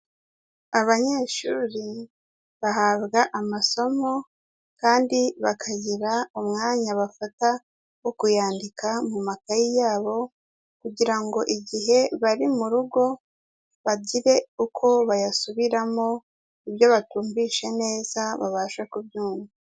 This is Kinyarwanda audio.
Abanyeshuri bahabwa amasomo kandi bakagira umwanya bafata wo kuyandika mu makayi yabo, kugira ngo igihe bari mu rugo bagire uko bayasubiramo, ibyo batumvise neza babasha kubyumva.